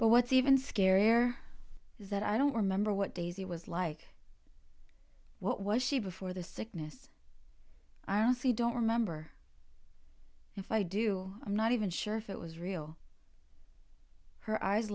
but what's even scarier is that i don't remember what daisy was like what was she before the sickness i honestly don't remember if i do i'm not even sure if it was real her eyes